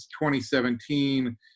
2017